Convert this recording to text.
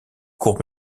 courts